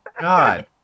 God